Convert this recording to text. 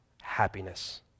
happiness